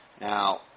Now